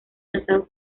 lanzados